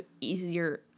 easier